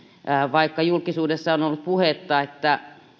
vaikka julkisuudessa on on ollut puhetta että